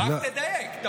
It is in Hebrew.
רק תדייק.